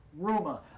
Ruma